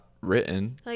written